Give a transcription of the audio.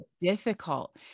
difficult